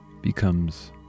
becomes